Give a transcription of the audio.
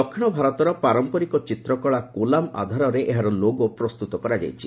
ଦକ୍ଷିଣଭାରତର ପାରମ୍ପରିକ ଚିତ୍ରକଳା 'କୋଲାମ' ଆଧାରରେ ଏହାର ଲୋଗୋ ପ୍ରସ୍ତୁତ କରାଯାଇଛି